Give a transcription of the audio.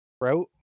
route